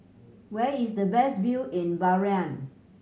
where is the best view in Bahrain